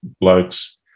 blokes